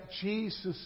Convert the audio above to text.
Jesus